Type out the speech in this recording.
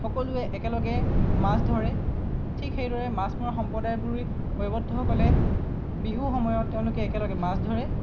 সকলোৱে একেলগে মাছ ধৰে ঠিক সেইদৰে মাছ মৰা সম্প্ৰদায়বোৰে কৈৱৰ্তসকলে বিহুৰ সময়ত তেওঁলোকে একেলগে মাছ ধৰে